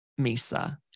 Misa